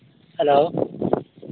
hello